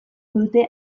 dute